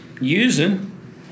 using